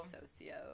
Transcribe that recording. socio